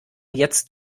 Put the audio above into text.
jetzt